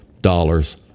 dollars